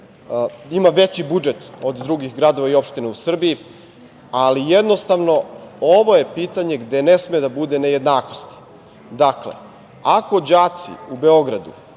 ima veći budžet od drugih gradova i opština u Srbiji, ali jednostavno, ovo je pitanje gde ne sme da bude nejednakosti. Dakle, ako đaci u Beogradu